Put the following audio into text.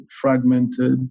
fragmented